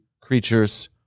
creatures